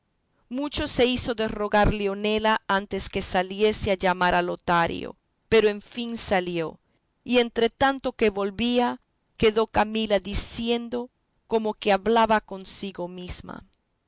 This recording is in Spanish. mucho se hizo de rogar leonela antes que saliese a llamar a lotario pero en fin salió y entre tanto que volvía quedó camilia diciendo como que hablaba consigo misma